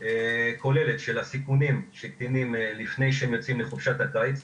כוללת של הסיכונים של קטינים לפני שהם יוצאים לחופשת הקיץ.